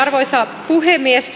arvoisa puhemies